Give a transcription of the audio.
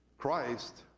Christ